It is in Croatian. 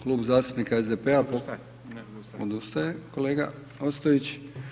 Klub zastupnika SDP-a. ... [[Upadica se ne čuje.]] Odustaje kolega Ostojić.